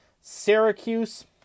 Syracuse